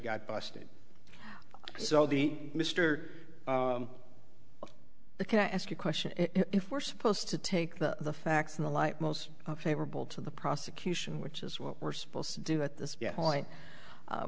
got busted so the mister the can i ask a question if we're supposed to take the facts in the light most favorable to the prosecution which is what we're supposed to do at this point